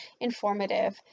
informative